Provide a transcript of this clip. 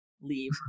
leave